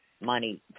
money